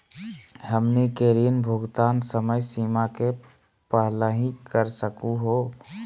हमनी के ऋण भुगतान समय सीमा के पहलही कर सकू हो?